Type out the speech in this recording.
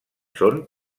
són